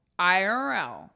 IRL